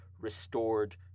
restored